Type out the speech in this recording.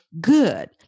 good